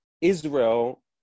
Israel